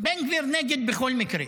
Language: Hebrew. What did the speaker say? בן גביר נגד בכל מקרה,